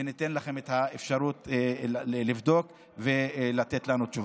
וניתן לכם את האפשרות לבדוק ולתת לנו תשובה.